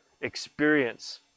experience